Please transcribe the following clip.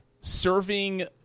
serving